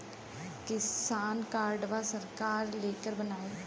किसान कार्डवा सरकार केकर बनाई?